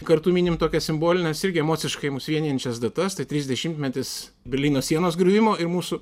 kartu minim tokias simbolines irgi emociškai mus vienijančias datas tai trisdešimtmetis berlyno sienos griuvimo ir mūsų